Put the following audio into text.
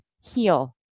heal